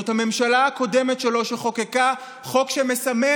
זאת הממשלה הקודמת שלו שחוקקה חוק שמסמן